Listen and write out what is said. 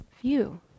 view